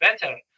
better